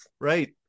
Right